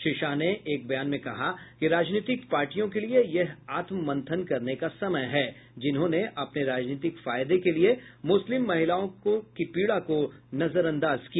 श्री शाह ने एक बयान में कहा कि राजनीतिक पार्टियों के लिए यह आत्म मंथन करने का समय है जिन्होंने अपने राजनीतिक फायदे के लिए मुस्लिम महिलाओं की पीड़ा को नजरअंदाज किया